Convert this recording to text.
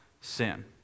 sin